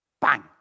Bang